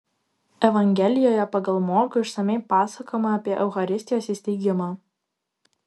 evangelijoje pagal morkų išsamiai pasakojama apie eucharistijos įsteigimą